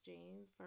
James